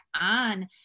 on